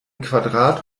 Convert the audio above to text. quadrat